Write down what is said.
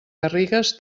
garrigues